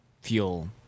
fuel